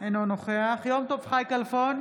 אינו נוכח יום טוב חי כלפון,